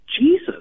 Jesus